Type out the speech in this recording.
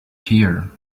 here